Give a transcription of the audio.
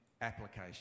application